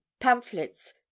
pamphlets